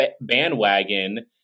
bandwagon